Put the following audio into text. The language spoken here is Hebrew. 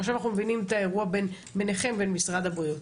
ועכשיו אנחנו מבינים את האירוע ביניכם לבין משרד הבריאות.